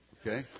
okay